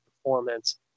performance